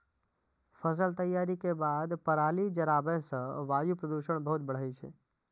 फसल तैयारी के बाद पराली जराबै सं वायु प्रदूषण बहुत बढ़ै छै